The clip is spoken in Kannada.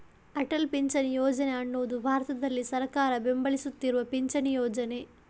ಅಟಲ್ ಪಿಂಚಣಿ ಯೋಜನೆ ಅನ್ನುದು ಭಾರತದಲ್ಲಿ ಸರ್ಕಾರ ಬೆಂಬಲಿಸ್ತಿರುವ ಪಿಂಚಣಿ ಯೋಜನೆ